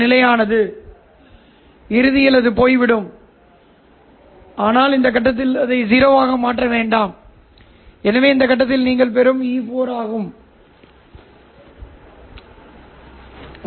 C பகுதியை அகற்றிய பின் புகைப்பட மின்னோட்டம் இது புகைப்பட மின்னோட்டத்தின் ஏசி பகுதி சரி